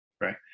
Right